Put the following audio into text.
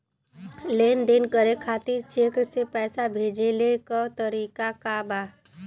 लेन देन करे खातिर चेंक से पैसा भेजेले क तरीकाका बा?